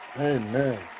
Amen